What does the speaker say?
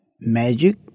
magic